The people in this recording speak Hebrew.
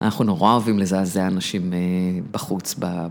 אנחנו נורא אוהבים לזעזע אנשים בחוץ, ב...